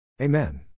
Amen